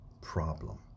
problem